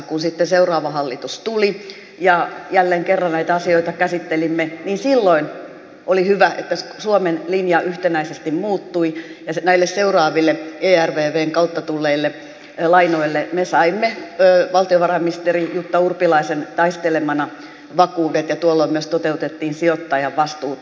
kun sitten seuraava hallitus tuli ja jälleen kerran näitä asioita käsittelimme niin silloin oli hyvä että suomen linja yhtenäisesti muuttui ja näille seuraaville ervvn kautta tulleille lainoille me saimme valtiovarainministeri jutta urpilaisen taistelemana vakuudet ja tuolloin myös toteutettiin sijoittajan vastuuta